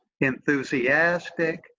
enthusiastic